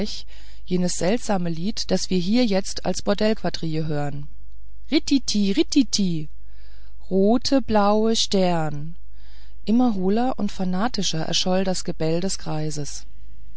jenes seltsame lied das wir hier jetzt als bordellquadrille hören rititit rititit roote blaue steern immer hohler und fanatischer erscholl das gebell des greises